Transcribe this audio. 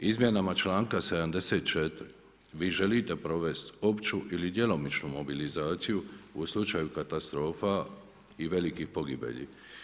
Izmjenama članka 74. vi želite provesti opću ili djelomičnu mobilizaciju u slučaju katastrofa i velikih pogibelji.